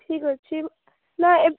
ଠିକ୍ଅଛି ନା ଏବେ